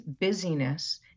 busyness